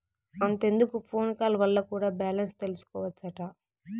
అంతెందుకు phone call వల్ల కూడా బాలెన్స్ తెల్సికోవచ్చట